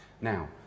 Now